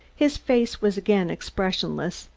his face was again expressionless,